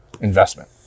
investment